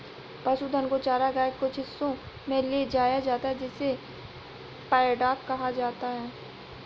पशुधन को चरागाह के कुछ हिस्सों में ले जाया जाता है जिसे पैडॉक कहा जाता है